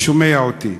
ששומע אותי: